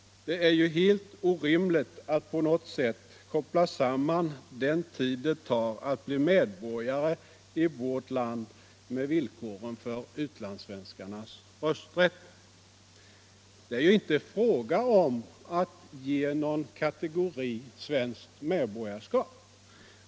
Det är helt orimligt att koppla samman villkoren för utlandssvenskars rösträtt med den tid det tar att bli medborgare i vårt land. Det är ju inte fråga om att ge någon kategori svenskt medborgarskap.